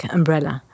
umbrella